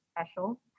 special